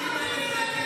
גם אני מדבר עם משפחות.